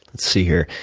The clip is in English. see, here.